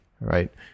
right